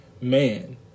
man